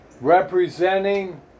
representing